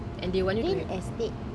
real estate